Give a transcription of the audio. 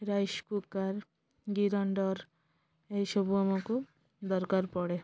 rice cooker grinder ଏହିସବୁ ଆମକୁ ଦରକାର ପଡ଼େ